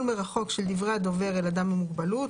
מרחוק של דברי הדובר אל אדם עם מוגבלות.